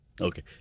Okay